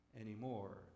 anymore